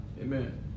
Amen